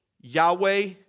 Yahweh